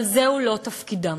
אבל זהו לא תפקידם.